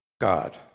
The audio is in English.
God